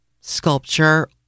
sculpture